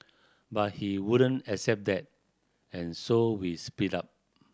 but he wouldn't accept that and so we split up